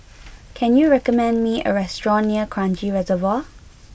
can you recommend me a restaurant near Kranji Reservoir